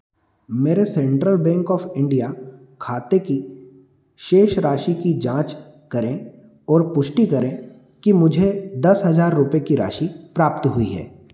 मेरे central bank of India खाते की शेष राशि की जाँच करें और पुष्टि करें कि मुझे दस हज़ार रुपये की राशि प्राप्त हुई है